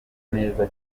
neza